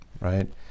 right